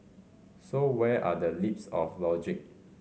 so where are the leaps of logic